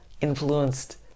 influenced